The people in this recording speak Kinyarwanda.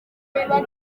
bayirwaye